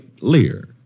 Lear